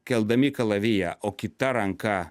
keldami kalaviją o kita ranka